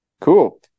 Cool